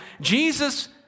Jesus